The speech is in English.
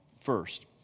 first